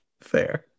Fair